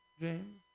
James